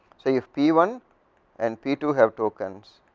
so if p one and p two have tokens,